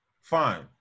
Fine